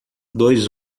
dois